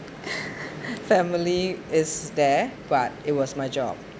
family is there but it was my job